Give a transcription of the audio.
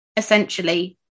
essentially